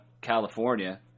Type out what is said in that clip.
California